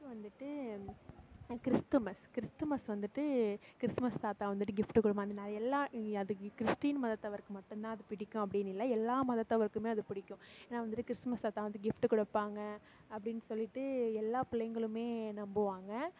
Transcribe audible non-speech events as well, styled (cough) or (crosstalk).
அடுத்து வந்துவிட்டு Christmas Christmas வந்துவிட்டு கிறிஸ்மஸ் தாத்தா வந்துவிட்டு கிஃப்ட் கொடுப்பாருன்னு அந்த மாதிரி (unintelligible) எல்லா அதுக்கு கிறிஸ்டின் மதத்தவருக்கு மட்டும்தான் அது பிடிக்கும் அப்படின்னு இல்லை எல்லா மதத்தவருக்கும் அது பிடிக்கும் ஏனா வந்துட்டு கிறிஸ்துமஸ் தாத்தா வந்து கிஃப்ட் கொடுப்பாங்க அப்படின்னு சொல்லிவிட்டு எல்லா பிள்ளைங்களுமே நம்புவாங்க